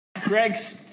Greg's